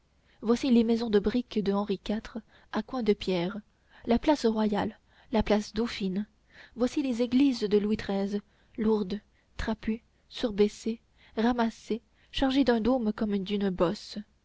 voici les maisons de brique de henri iv à coins de pierre la place royale la place dauphine voici les églises de louis xiii lourdes trapues surbaissées ramassées chargées d'un dôme comme d'une bosse